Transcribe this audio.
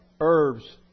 herbs